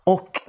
Och